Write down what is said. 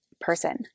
person